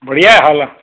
बढ़िया हालु आहे